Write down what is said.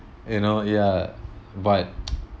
you know ya but